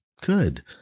Good